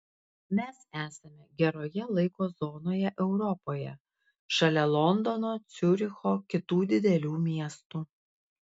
mes esame geroje laiko zonoje europoje šalia londono ciuricho kitų didelių miestų